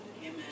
Amen